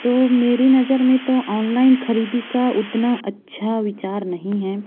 तो मेरी नज़र में तो ऑनलाइन ख़रीद का उतना अच्छा विचार नहीं हैं